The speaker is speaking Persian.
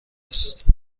است